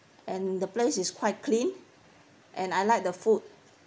and the place is quite clean and I like the food